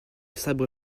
sabre